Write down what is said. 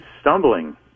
stumbling